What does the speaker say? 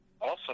Awesome